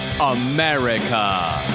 America